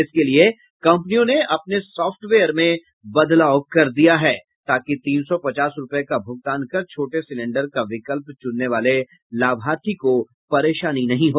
इसके लिए कंपनियों ने अपने सॉफ्टवेयर में बदलाव कर दिया है ताकि तीन सौ पचास रूपये का भुगतान कर छोटे सिलेंडर का विकल्प चूनने वाले लाभार्थी को परेशानी नहीं हो